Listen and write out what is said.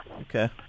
Okay